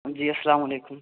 جی السلام علیکم